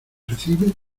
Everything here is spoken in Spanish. recibes